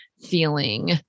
feeling